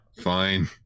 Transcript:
Fine